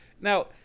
Now